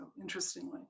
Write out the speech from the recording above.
interestingly